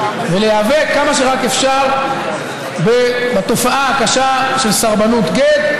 ולהיאבק כמה שרק אפשר בתופעה הקשה של סרבנות גט,